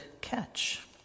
catch